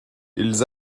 ils